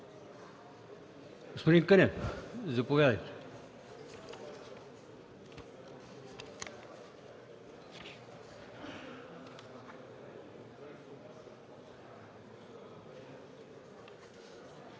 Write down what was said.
Господин Русев, заповядайте